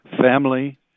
family